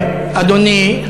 אדוני,